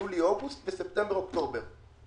יולי-אוגוסט וספטמבר-אוקטובר.